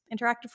interactive